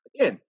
again